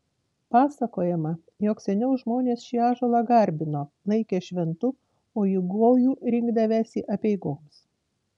pasakojama jog seniau žmonės šį ąžuolą garbino laikė šventu o į gojų rinkdavęsi apeigoms